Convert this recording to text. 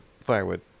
firewood